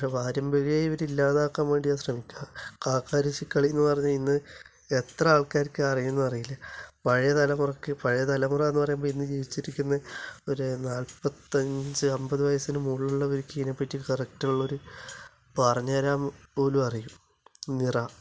പക്ഷെ പാരമ്പര്യമേ ഇവർ ഇല്ലാതാക്കാന് വേണ്ടിയാണ് ശ്രമിക്കുക കാക്കാരശ്ശി കളി എന്ന് പറഞ്ഞാൽ ഇന്ന് എത്ര ആള്ക്കാർക്ക് അറിയും എന്നറിയില്ല പഴയ തലമുറയ്ക്ക് പഴയ തലമുറ എന്ന് പറയുമ്പോൾ ഇന്ന് ജീവിച്ചിരിക്കുന്ന ഒരു നാൽപ്പത്തഞ്ച് അമ്പത് വയസിനു മുകളിലുള്ളവർക്ക് ഇതിനെ പറ്റി കറക്റ്റ് ഉള്ളൊരു പറഞ്ഞു തരാന് പോലും അറിയില്ല നിറ